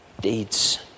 deeds